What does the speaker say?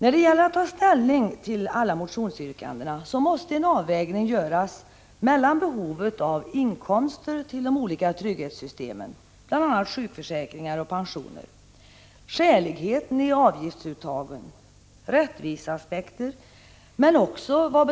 När det gäller att ta ställning till alla motionsyrkandena måste en avvägning göras mellan behovet av inkomster till de olika trygghetssystemen, bl.a. sjukförsäkringar och pensioner, skäligheten i avgiftsuttagen, rättviseaspekter men också